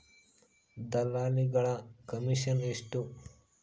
ದಲ್ಲಾಳಿಗಳ ಕಮಿಷನ್ ಎಷ್ಟು?